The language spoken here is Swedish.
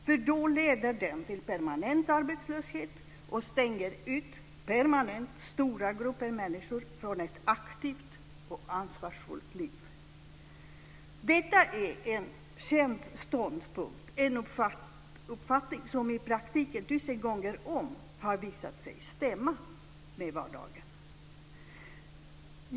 Då leder den till permanent arbetslöshet och stänger ut permanent stora grupper människor från ett aktivt och ansvarsfullt liv. Detta är en känd ståndpunkt, en uppfattning som i praktiken tusen gånger om har visat sig stämma med vardagen.